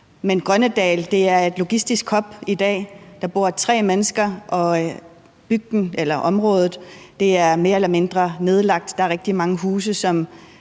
Grønnedal er i dag en logistisk afkrog. Der bor tre mennesker, og området er mere eller mindre nedlagt. Der er rigtig mange huse,